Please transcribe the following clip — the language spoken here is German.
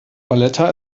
valletta